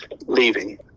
leaving